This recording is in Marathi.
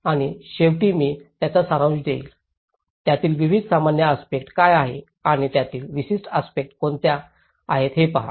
आणि शेवटी मी त्याचा सारांश देईन त्यातील विविध सामान्य आस्पेक्ट काय आहेत आणि त्यातील विशिष्ट आस्पेक्ट कोणत्या आहेत हे पहा